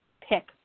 pick